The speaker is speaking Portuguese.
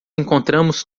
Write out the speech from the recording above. encontramos